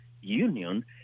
union